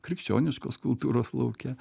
krikščioniškos kultūros lauke